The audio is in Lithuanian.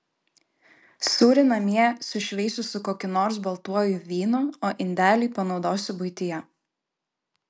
sūrį namie sušveisiu su kokiu nors baltuoju vynu o indelį panaudosiu buityje